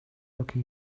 lucky